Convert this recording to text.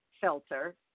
filter